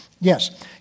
yes